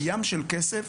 ים של כסף,